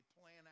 plan